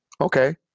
okay